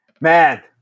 Man